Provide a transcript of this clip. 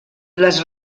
les